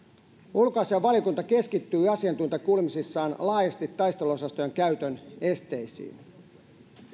ulkoasiainvaliokunta keskittyi asiantuntijakuulemisissaan laajasti taisteluosastojen käytön esteisiin